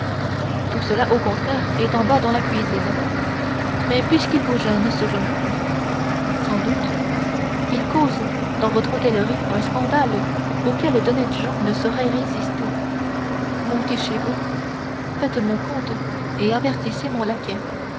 tout cela au contraire est en bas dans la cuisine mais puisqu'il vous gêne ce jeune fou sans doute il cause dans votre hôtellerie un scandale auquel d'honnêtes gens ne sauraient résister montez chez vous faites mon compte et avertissez mon laquais